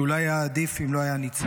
שאולי היה עדיף אם לא היה ניצל.